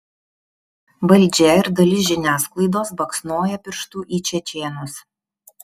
valdžia ir dalis žiniasklaidos baksnoja pirštu į čečėnus